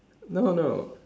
no no